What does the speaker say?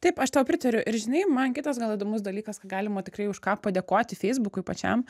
taip aš tau pritariu ir žinai man kitas gal įdomus dalykas galima tikrai už ką padėkoti feisbukui pačiam